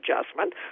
adjustment